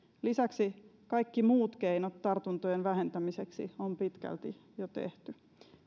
lisäksi kaikki muut keinot tartuntojen vähentämiseksi on pitkälti jo tehty